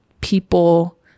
people